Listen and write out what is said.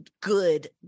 good